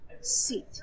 seat